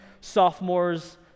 sophomores